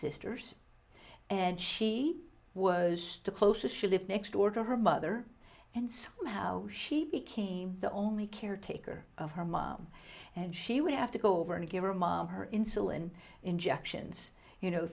sisters and she was the closest she lived next door to her mother and how she became the only caretaker of her mom and she would have to go over and give her mom her insulin injections you know